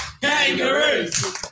Kangaroos